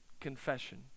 Confession